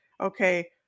Okay